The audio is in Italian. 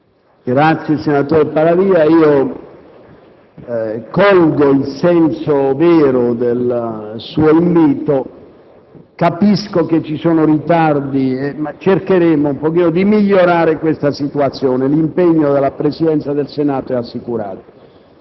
ringrazio, senatore Paravia, io colgo il senso vero del suo invito. Capisco che ci sono ritardi, ma cercheremo di migliorare la situazione; l'impegno della Presidenza del Senato è assicurato.